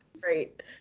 Great